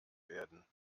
werden